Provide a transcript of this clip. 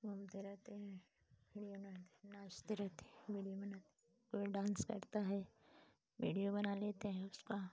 घूमते रहते हैं विडिओ बना नाचते रहते हैं विडिओ बनाते कोई डांस करता है विडियो बना लेते हैं उसका